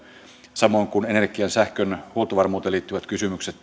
samoin kuin energian ja sähkön huoltovarmuuteen liittyvät kysymykset